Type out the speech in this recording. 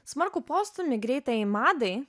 smarkų postūmį greitajai madai